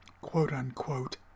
quote-unquote